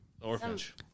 Orphanage